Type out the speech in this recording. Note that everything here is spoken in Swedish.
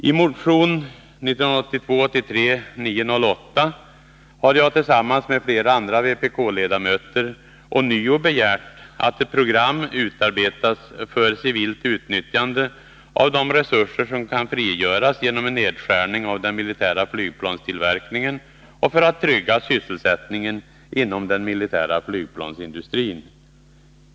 I motion 1982/83:908 har jag tillsammans med flera andra vpk-ledamöter ånyo begärt att ett program utarbetas för civilt utnyttjande av de resurser som kan frigöras genom nedskärning av den militära flygplanstillverkningen och för att trygga sysselsättningen inom den militära flygplansindustrin.